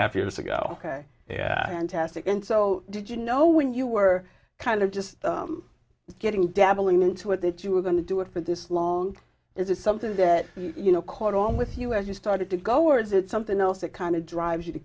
half years ago i can test it and so did you know when you were kind of just getting dabbling in to it that you were going to do it for this long is it something that you know caught on with you as you started to go or is it something else that kind of drives you to